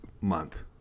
month